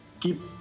keep